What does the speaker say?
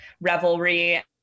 revelry